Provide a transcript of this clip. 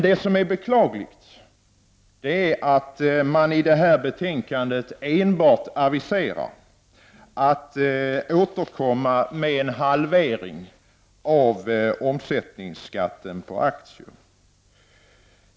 Det som är beklagligt är att man i detta betänkande enbart aviserar att återkomma med en halvering av omsättningsskatten på aktier.